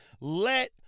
Let